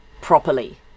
properly